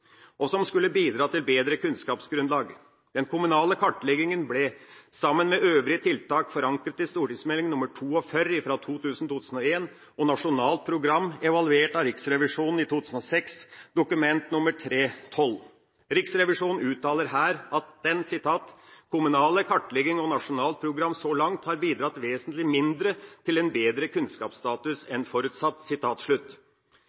som skulle bidra til et bedre kunnskapsgrunnlag. Den kommunale kartleggingen ble, sammen med øvrige tiltak, forankret i St.meld. nr. 42 for 2000–2001 og Nasjonalt program, evaluert av Riksrevisjonen i 2006, Dokument nr. 3:12 for 2005–2006. Riksrevisjonen uttaler her at den «kommunale kartleggingen og Nasjonalt program så langt har bidratt vesentlig mindre til en bedret kunnskapsstatus